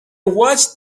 watched